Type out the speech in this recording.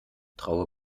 traue